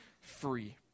free